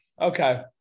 okay